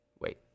Wait